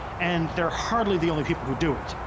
and they're hardly the only people who do it.